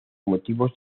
motivos